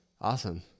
Awesome